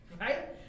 right